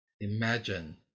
Imagine